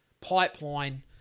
pipeline